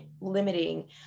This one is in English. limiting